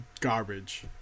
garbage